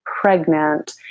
pregnant